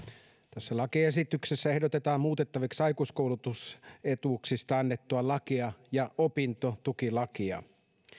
tässä lakiesityksessä ehdotetaan muutettaviksi aikuiskoulutusetuuksista annettua lakia ja opintotukilakia